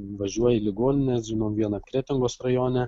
važiuoja į ligonines žinom vieną kretingos rajone